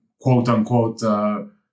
quote-unquote